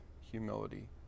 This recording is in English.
humility